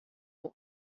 oan